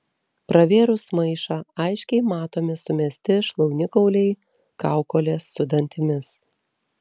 pravėrus maišą aiškiai matomi sumesti šlaunikauliai kaukolės su dantimis